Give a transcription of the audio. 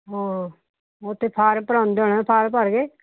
ਉਹ ਉੱਥੇ ਫਾਰਮ ਭਰਾਉਂਦੇ ਹੋਣੇ ਫਾਰਮ ਭਰ ਗਏ